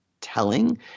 telling